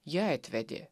jie atvedė